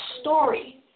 story